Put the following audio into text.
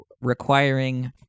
Requiring